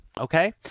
Okay